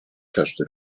każdy